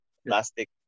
plastic